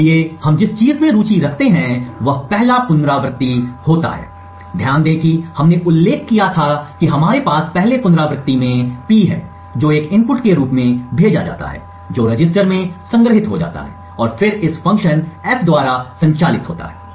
इसलिए हम जिस चीज में रुचि रखते हैं वह पहला पुनरावृत्ति होता है ध्यान दें कि हमने उल्लेख किया था कि हमारे पास पहले पुनरावृत्ति में P है जो एक इनपुट के रूप में भेजा जाता है जो रजिस्टर में संग्रहीत हो जाता है और फिर इस फ़ंक्शन F द्वारा संचालित होता है